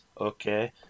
okay